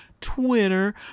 Twitter